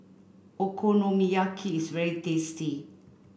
Okonomiyaki is very tasty